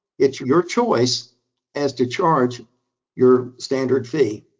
it's your choice as to charge your standard fee.